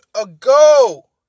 ago